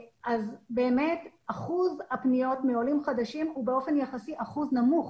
באמת אחוז הפניות מעולים חדשים הוא באופן יחסי אחוז נמוך